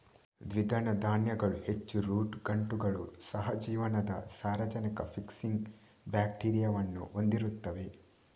ದ್ವಿದಳ ಧಾನ್ಯಗಳು ಹೆಚ್ಚು ರೂಟ್ ಗಂಟುಗಳು, ಸಹ ಜೀವನದ ಸಾರಜನಕ ಫಿಕ್ಸಿಂಗ್ ಬ್ಯಾಕ್ಟೀರಿಯಾವನ್ನು ಹೊಂದಿರುತ್ತವೆ